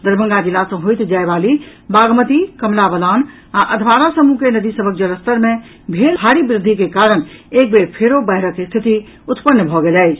दरभंगा जिला सॅ होइत जाय वाली बागमती कमला बलान आ अधवारा समूह के नदी सभक जलस्तर मे भेल भारी वृद्वि के कारण एक बेर फेरो बाढ़िक स्थिति उत्पन्न भऽ गेल अछि